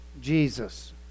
Jesus